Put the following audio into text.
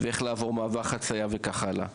איך לעבור מעבר חצייה וכן הלאה.